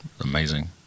Amazing